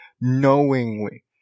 knowingly